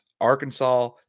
Arkansas